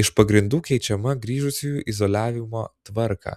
iš pagrindų keičiama grįžusiųjų izoliavimo tvarką